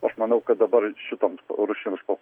aš manau kad dabar šitoms rūšims pop